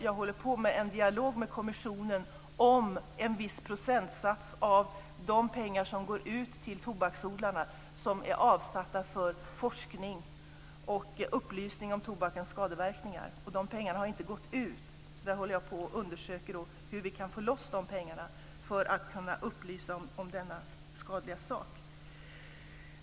Jag för en dialog med kommissionen om att det är en viss procentsats av de pengar som betalas ut till tobaksodlarna som är avsatta för forskning och upplysning om tobakens skadeverkningar. Men dessa pengar har inte betalats ut, så där håller jag på och undersöker hur man kan få loss pengar för att kunna upplysa om denna skadliga produkt.